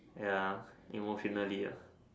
ya emotionally ya